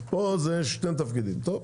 אז פה זה שני תפקידים, טוב.